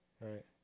Right